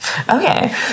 Okay